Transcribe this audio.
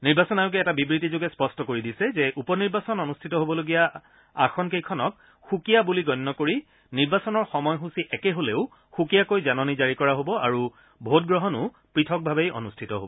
নিৰ্বাচন আয়োগে এটা বিবৃতিযোগে স্পষ্ট কৰি দিছে যে উপ নিৰ্বাচন অনুষ্ঠিত হ'বলগীয়া আসনকেইখনক সুকীয়া বুলি গণ্য কৰি নিৰ্বাচনৰ সময়সূচী একে হলেও সুকীয়াকৈ জাননী জাৰী কৰা হব আৰু ভোটগ্ৰহণো পৃথকভাৱেই অনুষ্ঠিত হব